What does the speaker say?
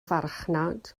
farchnad